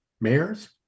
mayors